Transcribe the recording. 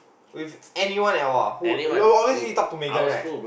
with anyone else ah who you will obviously talk to Megan right